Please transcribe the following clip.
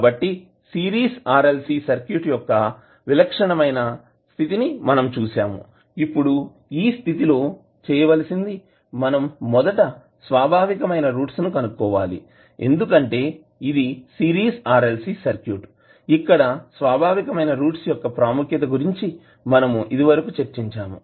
కాబట్టి series RLC circuit యొక్క విలక్షణమైన స్థితి ని మనం చూస్తాము ఇప్పుడు ఈస్థితి లో చేయవలసింది మనం మొదట స్వాభావికమైన రూట్స్ ని కనుక్కోవాలి ఎందుకంటే ఇది సిరీస్ RLC సర్క్యూట్ ఇక్కడ స్వాభావికమైన రూట్స్ యొక్క ప్రాముఖ్యత గురించి మనము ఇదివరకు చర్చించాము